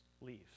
leaves